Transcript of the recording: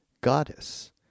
goddess